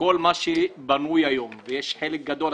שכל מה שבנוי היום ויש חלק גדול,